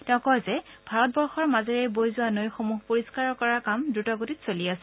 তেওঁ কয় যে ভাৰত বৰ্ষৰ মাজেৰে বৈ যোৱা নৈসমূহ পৰিষ্ণাৰ কৰাৰ কাম দ্ৰুত গতিত চলি আছে